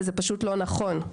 וזה פשוט לא נכון.